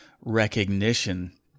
recognition